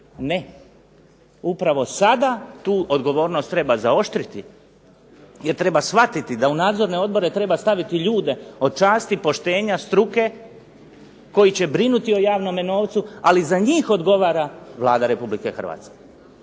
ne. Upravo sada tu odgovornost treba zaoštriti jer treba shvatiti da u nadzorne odbore treba staviti ljude od časti, poštenja, struke koji će brinuti o javnome novcu ali za njih odgovara Vlada Republike Hrvatske.